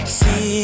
see